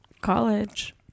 college